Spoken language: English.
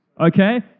Okay